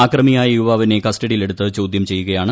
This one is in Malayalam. അക്രമിയായ യുവാവിനെ കസ്റ്റഡിയിലെടുത്ത് ചോദ്യം ചെയ്യുകയാണ്